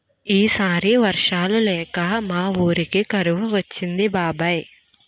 ఈ సారి వర్షాలు లేక మా వూరికి కరువు వచ్చింది బాబాయ్